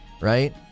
right